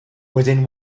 within